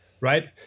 right